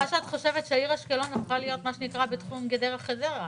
שהעיר אשקלון הפכה להיות בתחום גדרה חדרה.